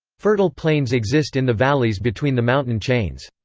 fertile plains exist in the valleys between the mountain chains.